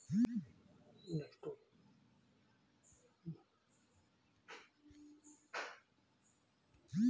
ನನ್ನ ಮಕ್ಕಳ ಹೆಸರ ಮ್ಯಾಲೆ ಲೈಫ್ ಇನ್ಸೂರೆನ್ಸ್ ಮಾಡತೇನಿ ನಿಮ್ಮ ಬ್ಯಾಂಕಿನ್ಯಾಗ ಒಳ್ಳೆ ಬೆನಿಫಿಟ್ ಐತಾ?